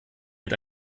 mit